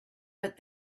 but